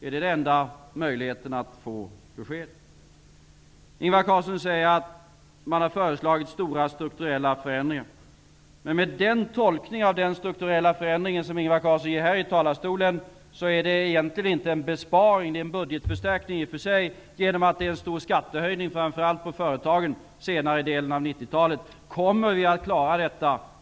Är det enda möjligheten att få besked? Ingvar Carlsson säger att Socialdemokraterna har föreslagit stora strukturella förändringar. Med den tolkning av den strukturella förändringen som Ingvar Carlsson ger här i talarstolen är det egentligen inte en besparing. Det är i och för sig en budgetförstärkning genom att det är en stor skattehöjning, framför allt för företagen, under senare delen av 90-talet. Kommer vi att klara detta?